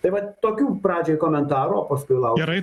tai vat tokių pradžiai komentarųo paskui laukiu